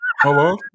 Hello